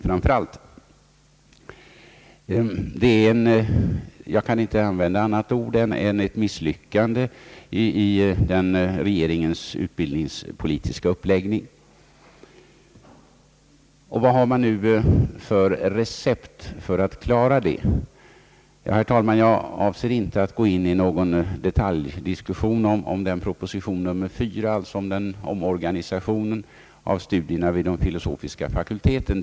Det är — jag kan inte använda något annat ord — ett misslyckande i regeringens utbildningspolitiska uppläggning. Vad har man nu för recept när det gäller att lösa detta problem? Jag avser inte, herr talman, att gå in i någon detaljdiskussion om proposition nr 4 angående omorganisation av studierna vid de filosofiska fakulteterna.